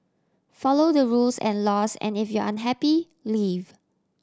follow the rules and laws and if you're unhappy leave